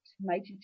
major